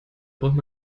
braucht